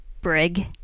brig